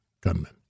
gunmen